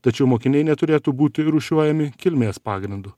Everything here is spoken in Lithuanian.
tačiau mokiniai neturėtų būti rūšiuojami kilmės pagrindu